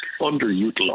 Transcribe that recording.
underutilized